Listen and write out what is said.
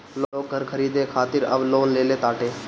लोग घर खरीदे खातिर अब लोन लेले ताटे